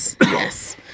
yes